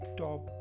top